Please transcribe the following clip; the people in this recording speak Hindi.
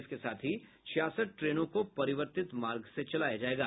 इसके साथ ही छियासठ ट्रेनों को परिवर्तित मार्ग से चलाया जायेगा